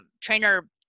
trainer